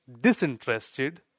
disinterested